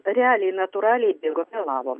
realiai natūraliaibėgom vėlavom